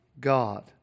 God